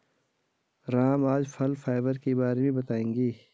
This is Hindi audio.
राम आज फल फाइबर के बारे में बताएँगे